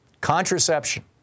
Contraception